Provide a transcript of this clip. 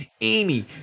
Amy